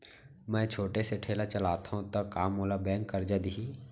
मैं छोटे से ठेला चलाथव त का मोला बैंक करजा दिही?